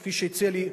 כפי שהציע לי,